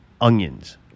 onions